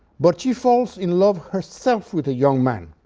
but she falls in love herself with a young man,